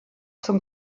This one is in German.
zum